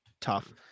tough